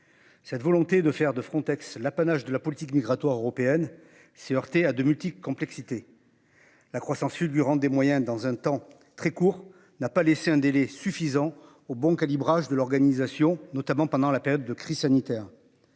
Cette volonté de faire de Frontex, l'apanage de la politique migratoire européenne s'est heurtée à de multiples complexité. La croissance fulgurante des moyens dans un temps très court, n'a pas laissé un délai suffisant au bon calibrage de l'organisation, notamment pendant la période de crise sanitaire.